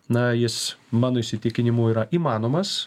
na jis mano įsitikinimu yra įmanomas